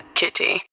kitty